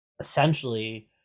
essentially